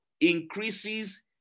increases